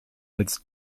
als